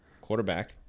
quarterback